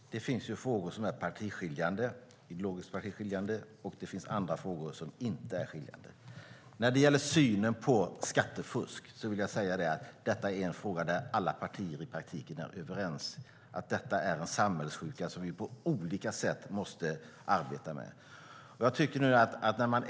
Herr talman! Det finns frågor som är ideologiskt partiskiljande, och det finns andra frågor som inte är partiskiljande. Synen på skattefusk är en fråga som alla partier är i praktiken överens om är en samhällssjuka som vi måste arbeta med på olika sätt.